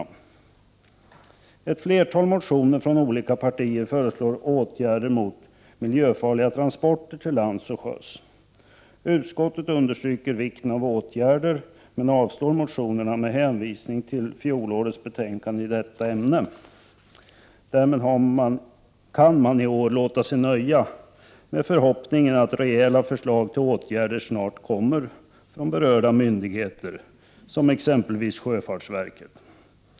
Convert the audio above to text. I ett flertal motioner från olika partier föreslås åtgärder mot miljöfarliga transporter till lands och sjöss. Utskottet understryker vikten av åtgärder men avstyrker motionerna med hänvisning till fjolårets behandling av ärendet. Därmed kan man i år låta sig nöjas med förhoppningen att rejäla förslag till åtgärder snart kommer från berörda myndigheter, exempelvis sjöfartsverket.